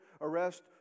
arrest